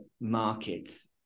markets